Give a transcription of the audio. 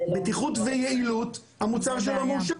בטיחות ויעילות, המוצר שלו מאושר.